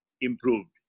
improved